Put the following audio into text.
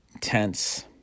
tense